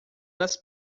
das